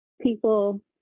people